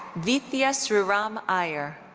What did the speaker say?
vidya sriram iyer.